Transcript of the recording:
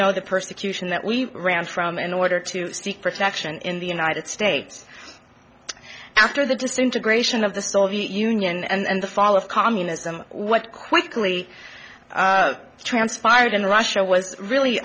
know the persecution that we ran from in order to seek protection in the united states after the disintegration of the soviet union and the fall of communism what quickly transpired in russia was